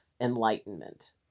enlightenment